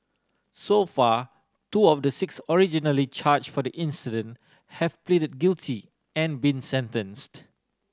so far two of the six originally charged for the incident have pleaded guilty and been sentenced